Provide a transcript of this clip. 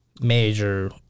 major